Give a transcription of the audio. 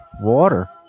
Water